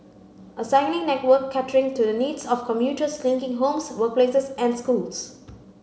a cycling network catering to the needs of commuters linking homes workplaces and schools